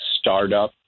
startup